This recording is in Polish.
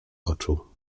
oczu